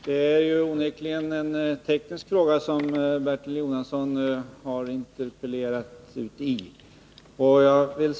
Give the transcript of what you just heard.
Herr talman! Den fråga som Bertil Jonasson interpellerat om är onekligen teknisk.